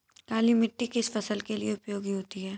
काली मिट्टी किस फसल के लिए उपयोगी होती है?